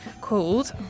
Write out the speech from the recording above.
called